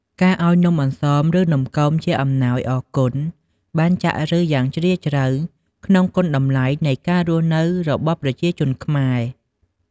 ការឱ្យនំអន្សម ឬ នំគមជាអំណោយអរគុណបានចាក់ឫសយ៉ាងជ្រាលជ្រៅក្នុងគុណតម្លៃនៃការរស់នៅរបស់ប្រជាជនខ្មែរ។